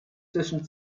zwischen